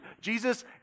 Jesus